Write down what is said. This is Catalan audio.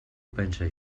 pense